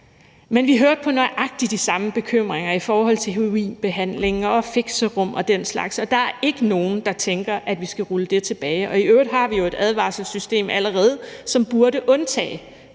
Men vi hørte på nøjagtig de samme bekymringer i forhold til heroinbehandling og fixerum og den slags, og der er ikke nogen, der tænker, at vi skal rulle det tilbage. I øvrigt har vi jo et advarselssystem allerede, som burde undtage